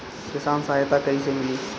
किसान सहायता कईसे मिली?